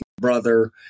brother